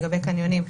לגבי קניונים,